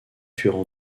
furent